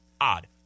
Odd